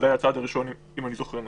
זה היה הצעד הראשון, אם אני זוכר נכון.